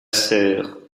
sœur